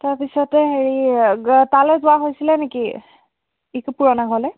তাৰপিছতে হেৰি তালে যোৱা হৈছিলে নেকি ইটো পুৰণা ঘৰলৈ